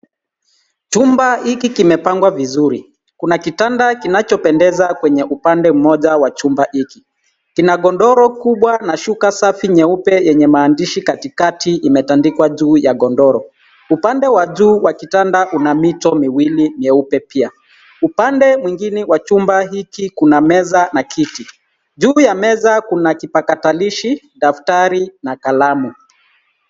Chumba iki kimepangwa vizuri. Kuna kitanda kinachopendeza upande wa chumba iki. Kina gondoro kubwa na shuka safi nyeupe yenye maandishi katikati imetandikwa juu ya gondoro. Upande wa juu ya kitanda una mito miwili mieupe pia. Upande mwingine wa chumba hiki kuna meza na kiti. Juu ya meza kuna kipatakalishi, daftari na kalamu.